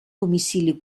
domicili